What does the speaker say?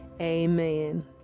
Amen